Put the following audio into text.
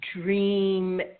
Dream